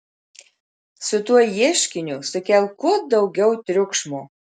su tuo ieškiniu sukelk kuo daugiau triukšmo